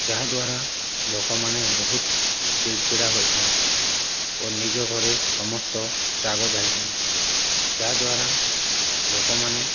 ଯାହା ଦ୍ୱାରା ଲୋକମାନେ ବହୁତ ଚିଡ଼୍ଚିଡ଼ା ହୋଇଥାନ୍ତି ଓ ନିଜ ଘରେ ସମସ୍ତ ରାଗ ଜାଳିଥାନ୍ତି ଯାହା ଦ୍ୱାରା ଲୋକମାନେ